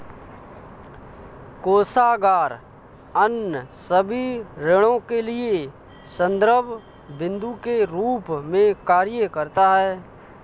कोषागार अन्य सभी ऋणों के लिए संदर्भ बिन्दु के रूप में कार्य करता है